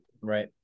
right